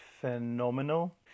phenomenal